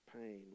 pain